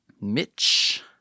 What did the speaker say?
Mitch